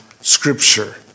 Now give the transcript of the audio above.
scripture